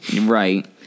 right